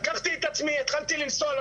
לקחתי את עצמי התחלתי לנסוע,